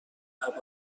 هوای